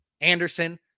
Anderson